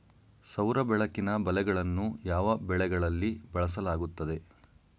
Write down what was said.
ಸೌರ ಬೆಳಕಿನ ಬಲೆಗಳನ್ನು ಯಾವ ಬೆಳೆಗಳಲ್ಲಿ ಬಳಸಲಾಗುತ್ತದೆ?